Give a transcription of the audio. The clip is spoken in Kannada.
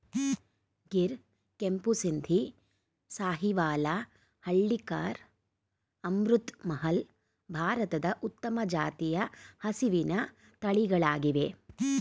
ಗಿರ್, ಕೆಂಪು ಸಿಂಧಿ, ಸಾಹಿವಾಲ, ಹಳ್ಳಿಕಾರ್, ಅಮೃತ್ ಮಹಲ್, ಭಾರತದ ಉತ್ತಮ ಜಾತಿಯ ಹಸಿವಿನ ತಳಿಗಳಾಗಿವೆ